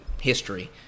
history